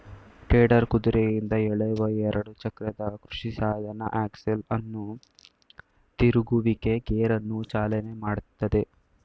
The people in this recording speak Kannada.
ಟೆಡರ್ ಕುದುರೆಯಿಂದ ಎಳೆಯುವ ಎರಡು ಚಕ್ರದ ಕೃಷಿಸಾಧನ ಆಕ್ಸೆಲ್ ಅನ್ನು ತಿರುಗುವಿಕೆ ಗೇರನ್ನು ಚಾಲನೆ ಮಾಡ್ತದೆ